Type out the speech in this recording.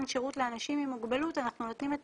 שירות לאנשים עם מוגבלות אנחנו נותנים את